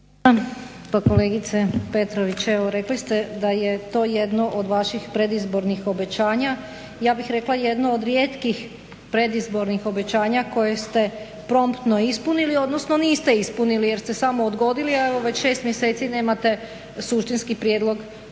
kod kolegice Petrović. Evo rekli ste da je to jedno od vaših predizbornih obećanja. Ja bih rekla jedno od rijetkih predizbornih obećanja koje ste promptno ispunili, odnosno niste ispunili jer ste samo odgodili, a evo već 6 mjeseci nemate suštinski prijedlog zakona